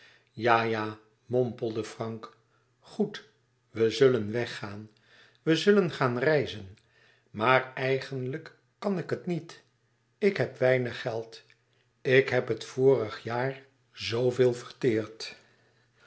ja ja mompelde frank goed we zullen weg gaan we zullen gaan reizen maar eigenlijk kan ik het niet ik heb weinig geld ik heb het vorige jaar zooveel verteerd